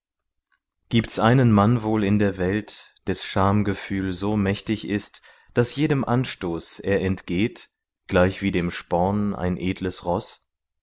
gibt's einen mann wohl in der welt des schamgefühl so mächtig ist daß jedem anstoß er entgeht gleichwie dem sporn ein edles roß